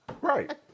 right